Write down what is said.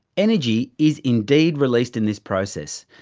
energy is indeed released in this process,